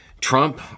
Trump